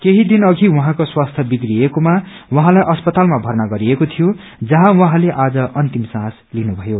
केही दिन अघि उझँको स्वास्थ्य विप्रिएकोमा उहाँलाई अस्पतालमा भर्ना गरिएको थियो जहाँ उहाँले आज अन्तिम श्वास लिनुथयो